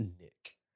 Nick